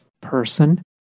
person